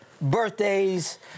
birthdays